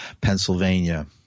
Pennsylvania